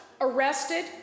arrested